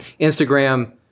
Instagram